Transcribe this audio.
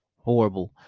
horrible